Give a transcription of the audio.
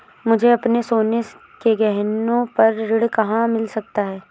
मुझे अपने सोने के गहनों पर ऋण कहाँ मिल सकता है?